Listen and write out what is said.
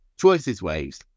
choiceswaves